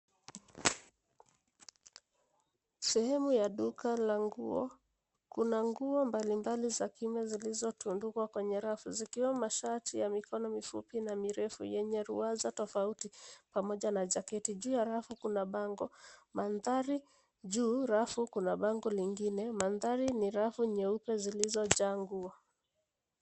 Sehemu ya duka la nguo. Kuna nguo mbalimbali za kiume zilizotundikwa kwenye rafu, zikiwa mashati ya mikono mifupi na mirefu yenye ruwaza tofauti pamoja na jaketi. Juu ya rafu kuna bango. Mandhari ni rafu zilizojaa nguo.